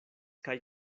kaj